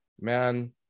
man